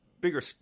bigger